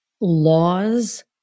laws